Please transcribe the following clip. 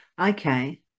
Okay